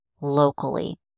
locally